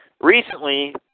Recently